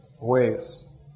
ways